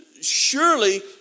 surely